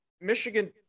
Michigan